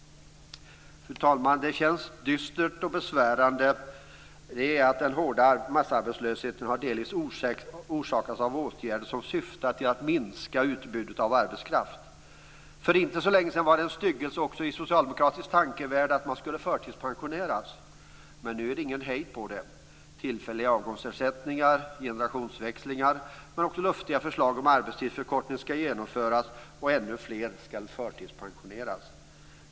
Fru talman! Det som känns dystert och besvärande är att den hårda massarbetslösheten har delvis orsakats av åtgärder som syftar till att minska utbudet av arbetskraft. För inte så länge sedan var det en styggelse också i socialdemokratisk tankevärld att man skulle förtidspensioneras. Men nu är det ingen hejd på detta. Tillfälliga avgångsersättningar, generationsväxlingar men också luftiga förslag om arbetstidsförkortning skall genomföras, och ännu fler skall förtidspensioneras.